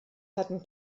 hatten